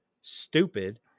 stupid